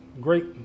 great